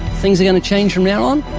things are going to change from now on?